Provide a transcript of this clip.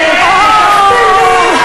אוה,